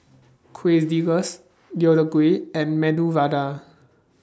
Quesadillas Deodeok Gui and Medu Vada